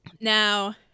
Now